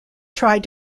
tried